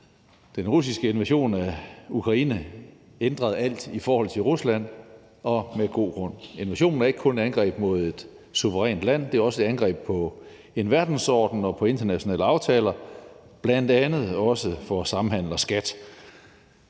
Den russiske invasion af Ukraine ændrede alt i forhold til Rusland, og med god grund. Invasionen er ikke kun et angreb mod et suverænt land, det er også et angreb på en verdensorden og på internationale aftaler, bl.a. også for samhandel og skat.